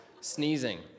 Sneezing